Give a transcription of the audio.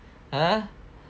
!huh!